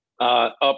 up